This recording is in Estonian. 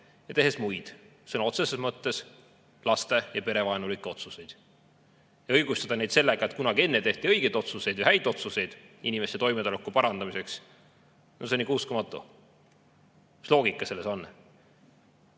tehes muid sõna otseses mõttes laste‑ ja perevaenulikke otsuseid. Ja õigustada neid sellega, et kunagi enne tehti õigeid ja häid otsuseid inimeste toimetuleku parandamiseks, no see on ikka uskumatu. Mis loogika selles on?